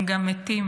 הם גם מתים.